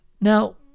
Now